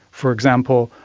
for example,